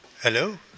Hello